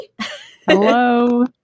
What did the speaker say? Hello